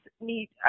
need